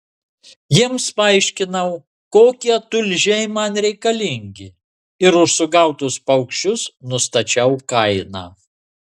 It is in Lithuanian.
jiems paaiškinau kokie tulžiai man reikalingi ir už sugautus paukščius nustačiau kainą